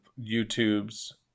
youtube's